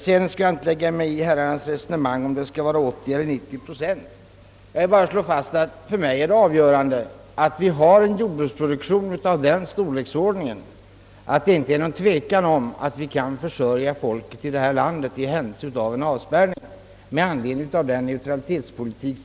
Jag skall inte lägga mig i herrarnas resonemang om huruvida gränsen skall gå vid 80 eller 90 procent utan vill bara slå fast, att det för mig är avgörande att vi har en jordbruksproduktion av den storleksordningen, att det inte råder något tvivel om att vi kan försörja människorna i detta land i händelse av avspärrning på grund av vår neutralitetspolitik.